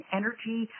energy